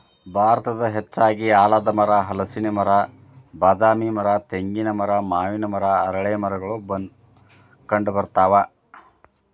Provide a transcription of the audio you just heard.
ಭಾರತದಾಗ ಹೆಚ್ಚಾಗಿ ಆಲದಮರ, ಹಲಸಿನ ಮರ, ಬಾದಾಮಿ ಮರ, ತೆಂಗಿನ ಮರ, ಮಾವಿನ ಮರ, ಅರಳೇಮರಗಳು ಕಂಡಬರ್ತಾವ